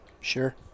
Sure